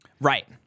Right